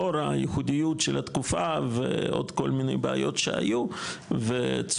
לאור הייחודיות של התקופה ועוד כל מיני בעיות שהיו וצוק